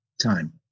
time